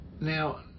Now